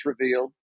revealed